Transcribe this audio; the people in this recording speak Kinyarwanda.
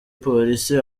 polisi